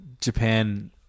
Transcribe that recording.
Japan